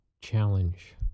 challenge